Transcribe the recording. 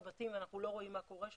בבתים ואנחנו לא רואים מה קורה שם,